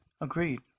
Agreed